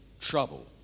trouble